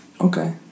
Okay